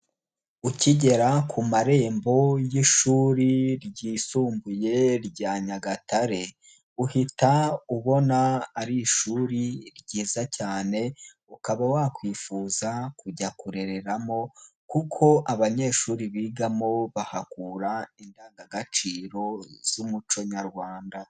Ukigera ku marembo y'ishuri ryisumbuye rya Nyagatare, uhita ubona ari ishuri ryiza cyane, ukaba wakwifuza kujya kurereramo kuko abanyeshuri bigamo bahakura indangagaciro z'umuco nyarwanda.